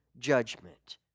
judgment